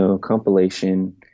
compilation